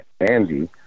Andy